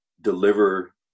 deliver